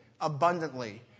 abundantly